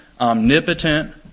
omnipotent